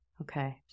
Okay